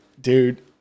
Dude